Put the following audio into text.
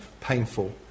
painful